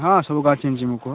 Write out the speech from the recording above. ହଁ ସବୁ ଗାଁ ଚିହ୍ନିଛି ମୁଁ କୁହ